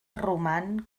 roman